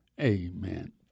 Amen